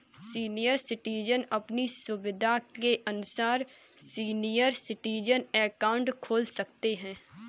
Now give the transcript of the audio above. senior citizen अपनी सुविधा के अनुसार सीनियर सिटीजन अकाउंट खोल सकते है